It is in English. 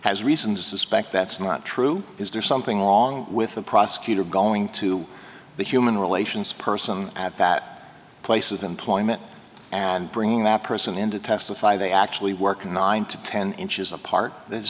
has reason to suspect that's not true is there something wrong with a prosecutor going to the human relations person at that place of employment and bringing that person in to testify they actually work nine to ten inches apart there's